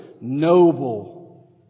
noble